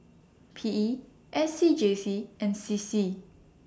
P E S C G C and C C